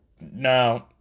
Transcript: No